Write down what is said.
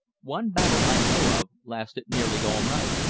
one battle i know of lasted nearly all night.